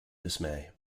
dismay